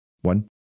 One